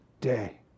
day